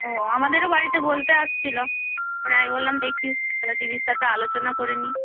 ও আমাদেরও বাড়িতে বলতে আসছিল তখন আমি বললাম দেখি তাহলে দিদির সাথে আলোচনা করে নিই